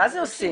מה זה עושים?